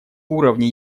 уровни